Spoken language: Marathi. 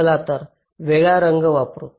चला तर वेगळा रंग वापरू